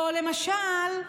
למשל,